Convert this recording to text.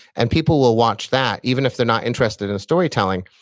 and people will watch that even if they're not interested in storytelling,